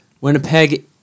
Winnipeg